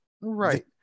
Right